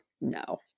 no